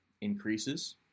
increases